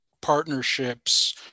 partnerships